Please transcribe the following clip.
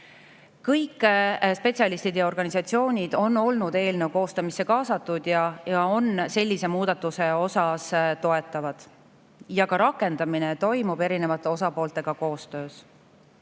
Kõik spetsialistid ja organisatsioonid on olnud eelnõu koostamisse kaasatud, toetavad seda muudatust ja ka rakendamine toimub erinevate osapooltega koostöös.